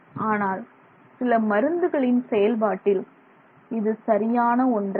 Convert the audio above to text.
ஆனால் சில மருந்துகளின் செயல்பாட்டில் இது சரியான ஒன்றல்ல